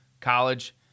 college